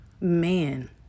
man